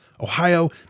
Ohio